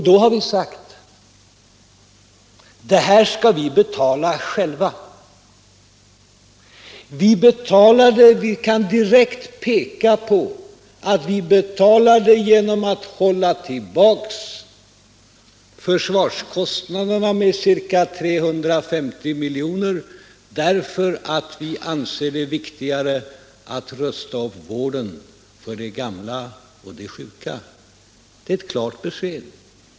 Då har vi sagt: Detta skall vi betala själva. Vi kan direkt peka på att vi betalade genom att hålla tillbaka försvarskostnaderna med ca 350 milj.kr., därför att vi ansåg det viktigare att rusta upp vården för de gamla och sjuka. Det är ett klart besked.